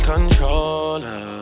Controller